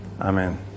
Amen